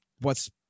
what's-